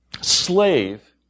slave